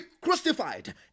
crucified